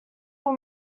will